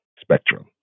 spectrum